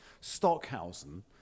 Stockhausen